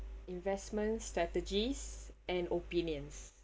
investment strategies and opinions